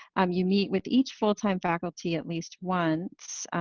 um you meet with each full-time faculty at least once.